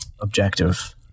objective